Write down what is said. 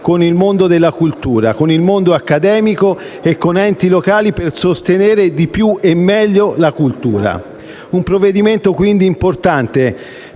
con il mondo della cultura, con il mondo accademico e con gli enti locali, per sostenere di più e meglio la cultura. È un provvedimento, quindi, importante